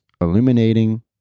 illuminating